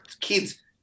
kids